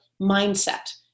mindset